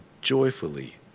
joyfully